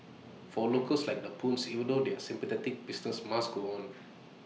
for locals like the Puns even though they're sympathetic business must go on